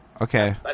Okay